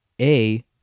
A-